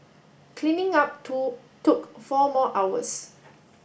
cleaning up too took four more hours